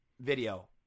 Video